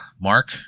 Mark